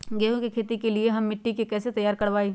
गेंहू की खेती के लिए हम मिट्टी के कैसे तैयार करवाई?